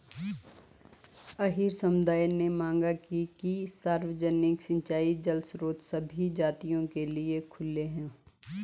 अहीर समुदाय ने मांग की कि सार्वजनिक सिंचाई जल स्रोत सभी जातियों के लिए खुले हों